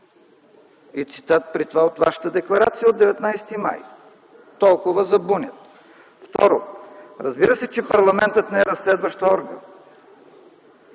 цитат, и при това цитат от вашата декларация от 19 май т.г. Толкова за „бунят”. Второ, разбира се, че парламентът не е разследващ орган.